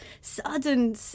sudden